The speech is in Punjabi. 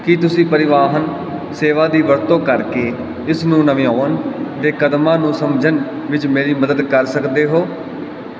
ਕੀ ਤੁਸੀਂ ਪਰਿਵਾਹਨ ਸੇਵਾ ਦੀ ਵਰਤੋਂ ਕਰਕੇ ਇਸ ਨੂੰ ਨਿਵਾਉਨ ਦੇ ਕਦਮਾਂ ਨੂੰ ਸਮਝਨ ਵਿੱਚ ਮੇਰੀ ਮਦਦ ਕਰ ਸਕਦੇ ਹੋ